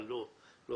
אבל לא הכול.